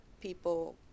people